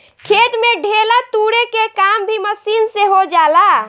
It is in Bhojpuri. खेत में ढेला तुरे के काम भी मशीन से हो जाला